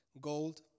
gold